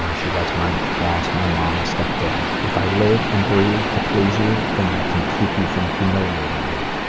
ah she writes, my boss, my mom and stepdad. if i live and breathe to please you then i can keep you from humiliating me.